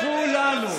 לכולנו.